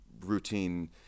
routine